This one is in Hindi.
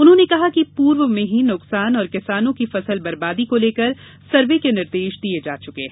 उन्होंने कहा कि पूर्व में ही नुकसान और किसानों की फसल बर्बादी को लेकर सर्वे के निर्देश दिये जाचुके है